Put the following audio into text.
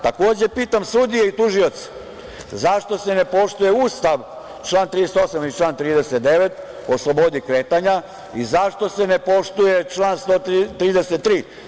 Takođe, pitam sudije i tužioce - zašto se ne poštuje Ustav član 38. i član 39. o slobodi kretanja i zašto se ne poštuje član 133.